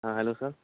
ہاں ہیلو سر